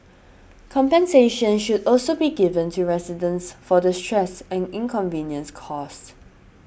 compensation should also be given to residents for the stress and inconvenience caused